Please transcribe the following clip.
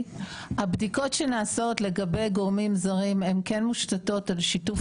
הבדיקות שנעשות לגבי גורמים זרים כן מושתתות על שיתוף